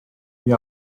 the